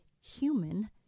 human